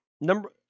number